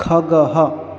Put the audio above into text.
खगः